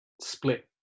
split